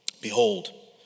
Behold